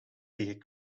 tegen